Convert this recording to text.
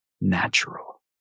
natural